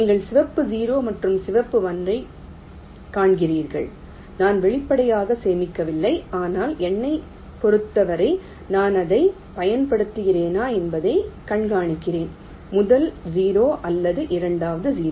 நீங்கள் சிவப்பு 0 மற்றும் சிவப்பு 1 ஐக் காண்கிறீர்கள் நான் வெளிப்படையாக சேமிக்கவில்லை ஆனால் எண்ணைப் பொறுத்தவரை நான் அதைப் பயன்படுத்துகிறேனா என்பதைக் கண்காணிக்கிறேன் முதல் 0 அல்லது இரண்டாவது 0